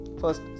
first